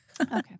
Okay